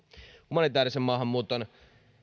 humanitäärisen maahanmuuton